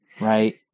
right